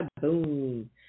Boom